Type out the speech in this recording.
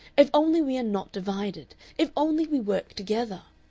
if only we are not divided. if only we work together.